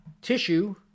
tissue